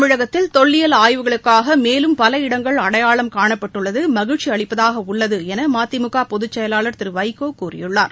தமிழகத்தில் தொல்லியில் ஆய்வுகளுக்காக மேலும் பல இடங்கள் அடையாளம் காணப்பட்டுள்ளது மகிழ்ச்சி அளிப்பதாக உள்ளது என மதிமுக பொதுச்செயலாளர் திரு வைகோ கூறியுள்ளார்